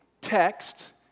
text